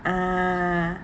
ah